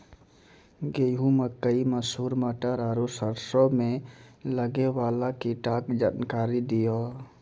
गेहूँ, मकई, मसूर, मटर आर सरसों मे लागै वाला कीटक जानकरी दियो?